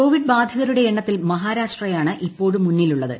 Covid ബാധിതരുടെ എണ്ണത്തിൽ മഹാരാഷ്ട്രയാണ് ഇപ്പോഴും മുന്നിലുള്ളത്